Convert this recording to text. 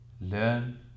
Learn